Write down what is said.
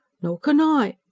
nor can i,